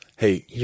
Hey